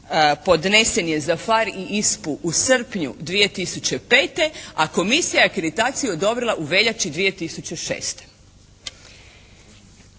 podnesen je za PHARE i ISPA-u 2005. a komisija je akreditaciju odobrila u veljači 2006.